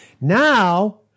now